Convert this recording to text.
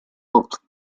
book